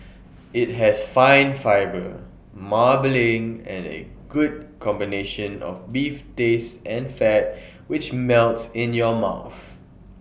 IT has fine fibre marbling and A good combination of beef taste and fat which melts in your mouth